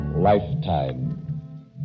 lifetime